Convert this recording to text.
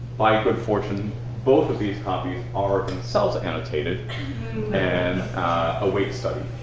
by good fortune both of these copies are insult annotated and await study.